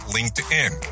LinkedIn